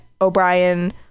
O'Brien